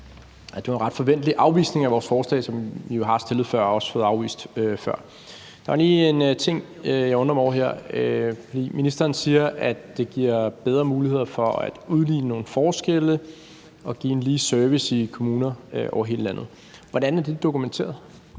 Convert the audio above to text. Det var en ret forventelig afvisning af vores forslag, som vi jo har fremsat før og også fået afvist før. Der er lige en ting, jeg undrer mig over her. Ministeren siger, at det giver bedre muligheder for at udligne nogle forskelle og give en lige service i kommuner over hele landet. Hvordan er det dokumenteret?